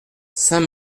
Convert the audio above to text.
saint